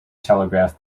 telegraph